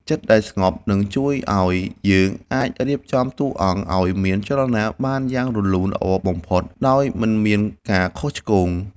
ចិត្តដែលស្ងប់នឹងជួយឱ្យយើងអាចរៀបចំតួអង្គឱ្យមានចលនាបានយ៉ាងរលូនល្អបំផុតដោយមិនមានការខុសឆ្គង។